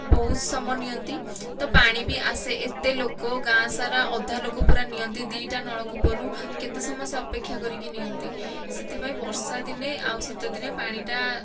ବହୁତ ସମୟ ନିଅନ୍ତି ତ ପାଣି ବି ଆସେ ଏତେ ଲୋକ ଗାଆଁ ସାରା ଅଧା ଲୋକ ପୂରା ନିଅନ୍ତି ଦିଟା ନଳ କୂପରୁ କେତେ ସମୟ ସେ ଅପେକ୍ଷା କରିକି ନିଅନ୍ତି ସେଇଥି ପାଇଁ ବର୍ଷା ଦିନେ ଆଉ ଶୀତ ଦିନେ ପାଣି ଟା